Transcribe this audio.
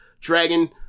dragon